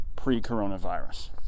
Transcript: pre-coronavirus